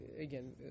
again